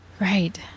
right